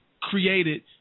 created